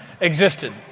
existed